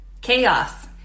Chaos